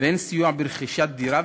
והן סיוע ברכישת דירה,